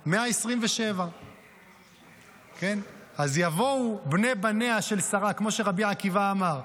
127. כמו שרבי עקיבא אמר,